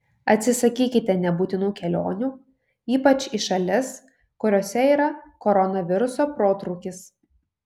atsisakykite nebūtinų kelionių ypač į šalis kuriose yra koronaviruso protrūkis